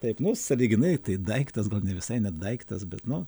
taip nu sąlyginai tai daiktas gal ne visai net daiktas bet nu